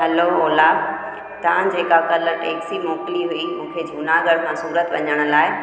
hello Ola तव्हां जेका काल्ह टैक्सी मोकिली हुई मूंखे झूनागढ़ मां सूरत वञण लाइ